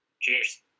Cheers